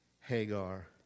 Hagar